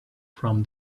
from